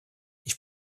ich